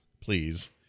please